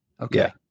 Okay